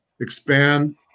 expand